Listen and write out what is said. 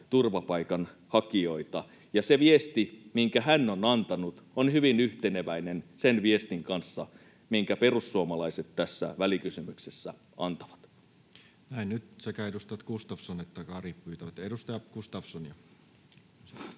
turvapaikanhakijoita. Ja se viesti, minkä hän on antanut, on hyvin yhteneväinen sen viestin kanssa, minkä perussuomalaiset tässä välikysymyksessä antavat. [Jukka Gustafsson ja Mika Kari pyytävät vastauspuheenvuoroa]